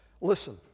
Listen